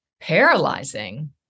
paralyzing